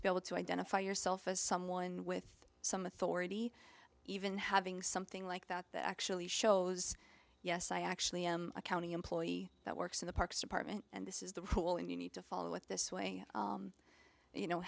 to be able to identify yourself as someone with some authority even having something like that that actually shows yes i actually i'm a county employee that works in the parks department and this is the pool and you need to follow it this way you know